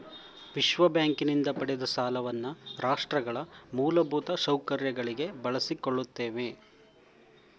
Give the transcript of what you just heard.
ವಿಶ್ವಬ್ಯಾಂಕಿನಿಂದ ಪಡೆದ ಸಾಲವನ್ನ ರಾಷ್ಟ್ರಗಳ ಮೂಲಭೂತ ಸೌಕರ್ಯಗಳಿಗೆ ಬಳಸಿಕೊಳ್ಳುತ್ತೇವೆ